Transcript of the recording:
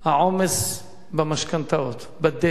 העומס במשכנתאות, בדלק,